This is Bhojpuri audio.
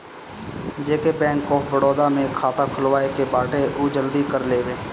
जेके बैंक ऑफ़ बड़ोदा में खाता खुलवाए के बाटे उ जल्दी कर लेवे